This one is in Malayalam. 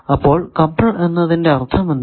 അപ്പോൾ കപിൾ എന്നതിന്റെ അർത്ഥമെന്താണ്